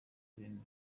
ibintu